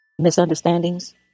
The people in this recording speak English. Misunderstandings